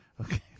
Okay